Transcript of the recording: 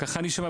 ככה אני שומע,